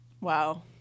Wow